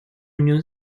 unión